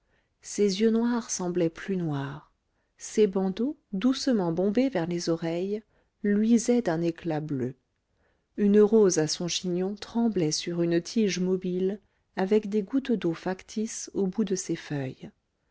ses yeux noirs semblaient plus noirs ses bandeaux doucement bombés vers les oreilles luisaient d'un éclat bleu une rose à son chignon tremblait sur une tige mobile avec des gouttes d'eau factices au bout de ses feuilles